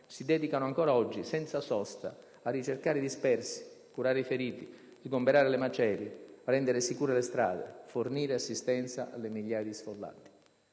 si dedicano ancora oggi, senza sosta, a ricercare i dispersi, curare i feriti, sgomberare le macerie, rendere sicure le strade, fornire assistenza alle migliaia di sfollati.